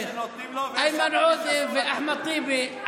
איימן עודה ואחמד טיבי,